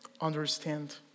understand